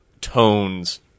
tones